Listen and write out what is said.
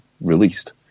released